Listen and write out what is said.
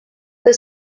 the